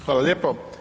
Hvala lijepo.